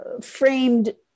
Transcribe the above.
framed